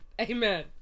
amen